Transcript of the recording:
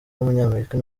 w’umunyamerika